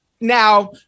Now